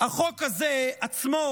החוק הזה עצמו